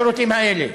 לשירותים האלה.